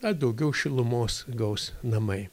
ar daugiau šilumos gaus namai